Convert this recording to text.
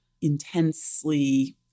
intensely